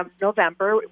November